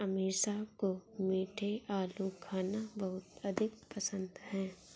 अमीषा को मीठे आलू खाना बहुत अधिक पसंद है